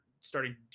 starting